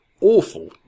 awful